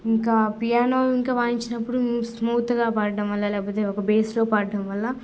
ఇంకా పియానో ఇంకా వాయించినప్పుడు స్మూత్గా పాడడం వల్ల లేకపోతే ఒక బేస్లో పాడడం వల్ల